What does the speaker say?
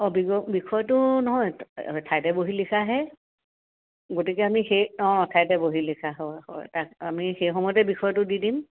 অঁ বিগ' বিষয়টো নহয় ঠাইতে বহি লিখাহে গতিকে আমি সেই অঁ ঠাইতে বহি লিখা হয় হয় তাত আমি সেই সময়তে বিষয়টো দি দিম